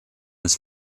has